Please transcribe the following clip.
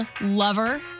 Lover